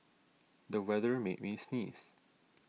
the weather made me sneeze